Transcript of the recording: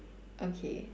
okay